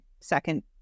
second